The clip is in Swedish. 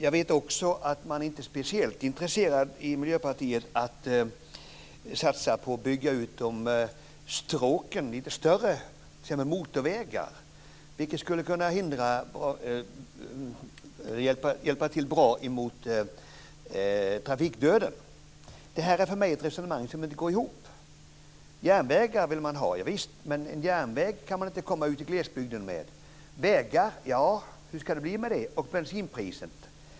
Jag vet också att man i Miljöpartiet inte är speciellt intresserad av att satsa på att bygga ut de större stråken med motorvägar, vilket skulle kunna hjälpa till bra mot trafikdöden. Det här är för mig ett resonemang som inte går ihop. Järnvägar vill Miljöpartiet ha, men med en järnväg kan man inte komma ut i glesbygden. Hur ska det bli med vägar och bensinpris?